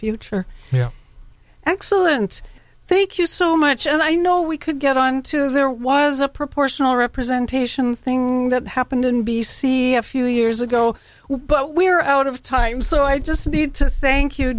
future yeah excellent thank you so much and i know we could get on to there was a proportional representation thing that happened in b c and few years ago but we're out of time so i just need to thank you